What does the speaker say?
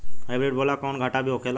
Hybrid बोला के कौनो घाटा भी होखेला?